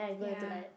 ya